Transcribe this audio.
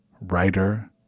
writer